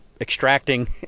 extracting